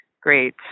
great